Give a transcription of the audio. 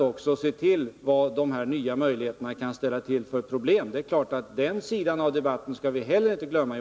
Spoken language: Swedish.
Den sammanlagda effekten i industrin av dessa tendenser beror av en rad faktorer, bland annat den internationella ekonomiska utvecklingen i stort.